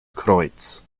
kreuz